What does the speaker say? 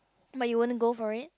but you wouldn't go for it